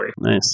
Nice